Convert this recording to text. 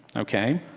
ok.